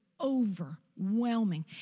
overwhelming